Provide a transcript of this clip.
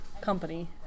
Company